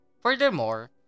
Furthermore